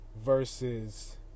versus